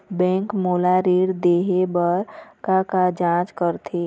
Bank मोला ऋण देहे बार का का जांच करथे?